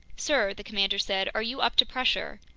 sir, the commander said, are you up to pressure?